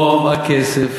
רוב הכסף